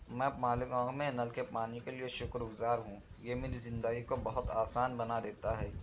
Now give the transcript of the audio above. میں مالیگاؤں میں نل کے پانی کے لیے شکرگذار ہوں یہ میری زندگی کو بہت آسان بنا دیتا ہے